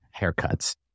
haircuts